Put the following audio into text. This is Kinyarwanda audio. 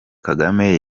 kagame